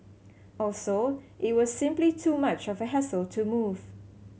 also it was simply too much of a hassle to move